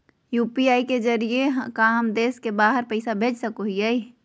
UPI के जरिए का हम देश से बाहर पैसा भेज सको हियय?